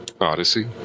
Odyssey